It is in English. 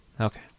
Okay